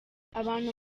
abanu